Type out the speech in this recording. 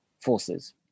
forces